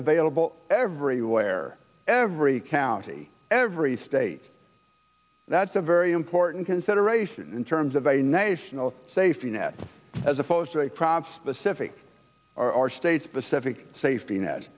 available everywhere every county every state that's a very important consideration in terms of a nation safety net as opposed to a crop specific or state specific safety net